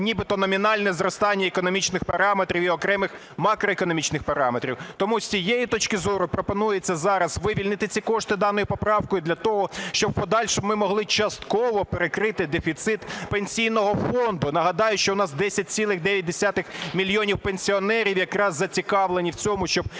нібито номінальне зростання економічних параметрів і окремих макроекономічних параметрів. Тому з цієї точки зору пропонується зараз вивільнити ці кошти даною поправкою для того, щоб в подальшому ми могли частково перекрити дефіцит Пенсійного фонду. Нагадаю, що у нас 10,9 мільйона пенсіонерів якраз зацікавлені в цьому, щоб у них